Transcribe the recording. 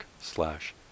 slash